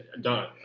done